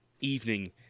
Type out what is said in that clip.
evening